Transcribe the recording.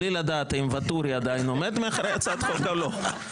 בלי לדעת האם ואטורי עדיין עומד מאחורי הצעת החוק או לא.